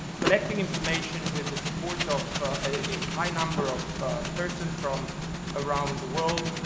collecting information with the support of a high number of persons from around the world.